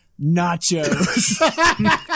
Nachos